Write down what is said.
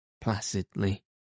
placidly